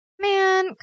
man